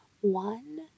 One